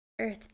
Earth